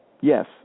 Yes